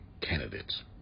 candidates